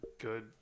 good